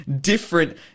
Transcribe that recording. different